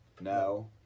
No